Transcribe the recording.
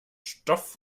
stoff